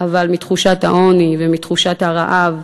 אבל מתחושת העוני ומתחושת הרעב.